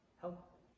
help